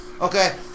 Okay